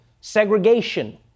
segregation